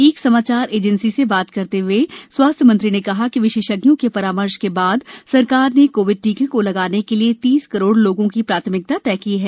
एक समाचार एजेंसी से बात करते हए स्वास्थ्य मंत्री ने कहा कि विशेषज्ञों के परामर्श के बाद सरकार ने कोविड टीके को लगाने के लिए तीस करोड लोगों की प्राथमिकता तय की है